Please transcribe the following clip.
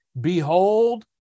Behold